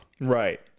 Right